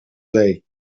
zee